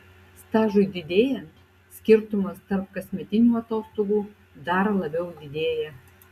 stažui didėjant skirtumas tarp kasmetinių atostogų dar labiau didėja